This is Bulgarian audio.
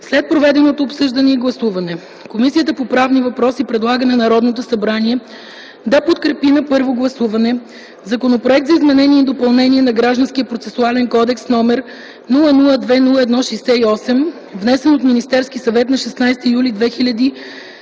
След проведеното обсъждане и гласуване, Комисията по правни въпроси предлага на Народното събрание да подкрепи на първо гласуване: Законопроект за изменение и допълнение на Гражданския процесуален кодекс, № 002-01-68, внесен от Министерския съвет на 16 юли 2010